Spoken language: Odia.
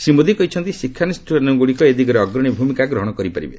ଶ୍ରୀ ମୋଦି କହିଛନ୍ତି ଶିକ୍ଷାନୁଷ୍ଠାନଗୁଡ଼ିକ ଏ ଦିଗରେ ଅଗ୍ରଣୀ ଭୂମିକା ଗ୍ରହଣ କରିପାରିବେ